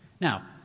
Now